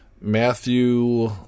Matthew